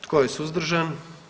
Tko je suzdržan?